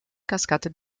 cascate